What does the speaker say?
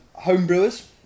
homebrewers